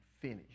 finish